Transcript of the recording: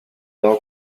thou